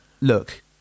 look